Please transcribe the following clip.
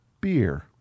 beer